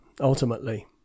ultimately